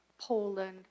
Poland